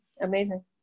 Amazing